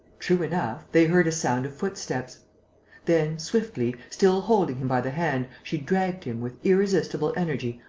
true enough, they heard a sound of footsteps then, swiftly, still holding him by the hand, she dragged him, with irresistible energy,